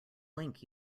link